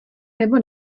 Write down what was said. nebo